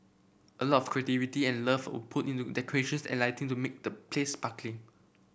a lot of creativity and love were put into decorations and lighting to make the place sparkling